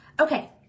Okay